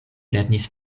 lernis